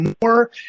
more